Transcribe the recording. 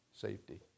Safety